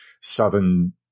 southern